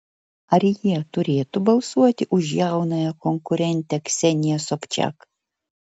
ar jie turėtų balsuoti už jaunąją konkurentę kseniją sobčiak